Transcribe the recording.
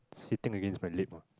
hitting against my lip ah